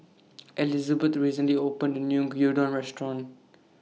Elizbeth recently opened A New Gyudon Restaurant